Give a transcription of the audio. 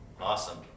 Awesome